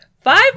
Five